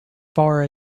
far